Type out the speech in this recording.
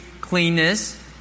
cleanness